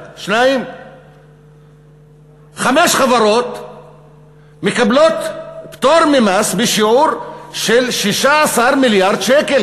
1. 2. חמש חברות מקבלות פטור ממס בשיעור של 16 מיליארד שקל,